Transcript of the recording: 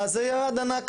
עדיין,